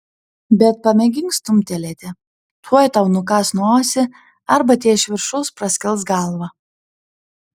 bet pamėgink stumtelėti tuoj tau nukąs nosį arba tie iš viršaus praskels galvą